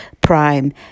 Prime